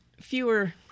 fewer